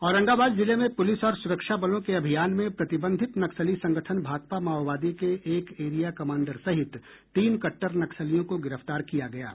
औरंगाबाद जिले में पुलिस और सुरक्षा बलों के अभियान में प्रतिबंधित नक्सली संगठन भाकपा माओवादी के एक एरिया कमांडर सहित तीन कट्टर नक्सलियों को गिरफ्तार किया गया है